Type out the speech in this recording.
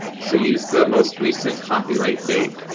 so, use the most recent copyright date,